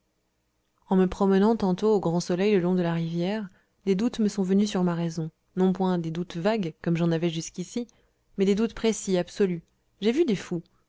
en me promenant tantôt au grand soleil le long de la rivière des doutes me sont venus sur ma raison non point des doutes vagues comme j'en avais jusqu'ici mais des doutes précis absolus j'ai vu des fous